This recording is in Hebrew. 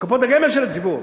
מקופות הגמל של הציבור.